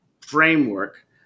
framework